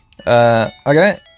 Okay